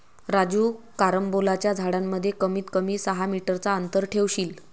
राजू कारंबोलाच्या झाडांमध्ये कमीत कमी सहा मीटर चा अंतर ठेवशील